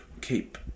keep